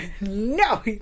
no